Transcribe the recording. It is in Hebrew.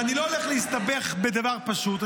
ואני לא הולך להסתבך בדבר פשוט,